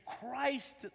Christ